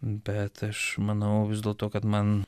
bet aš manau vis dėl to kad man